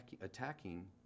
attacking